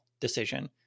decision